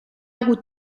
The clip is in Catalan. hagut